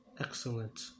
excellent